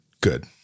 good